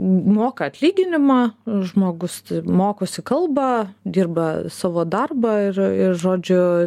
moka atlyginimą žmogus mokosi kalbą dirba savo darbą ir ir žodžiu